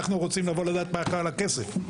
אנחנו רוצים לבוא לדעת מה --- על הכסף.